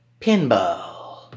pinball